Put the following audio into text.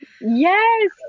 Yes